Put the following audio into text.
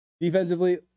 defensively